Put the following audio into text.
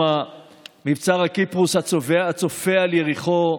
מבצר קיפרוס, הצופה על יריחו,